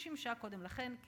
ששימשה קודם לכן כמשנה.